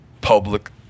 public